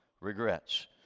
regrets